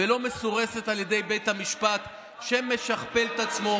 ולא מסורסת על ידי בית המשפט שמשכפל את עצמו,